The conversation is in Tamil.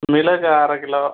மிளகு அரை கிலோ